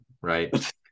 right